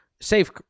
safe